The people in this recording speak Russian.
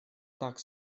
так